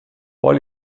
poi